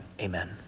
Amen